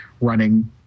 running